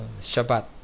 Shabbat